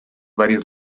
varias